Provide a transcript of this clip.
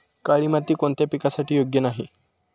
काळी माती कोणत्या पिकासाठी योग्य नाही?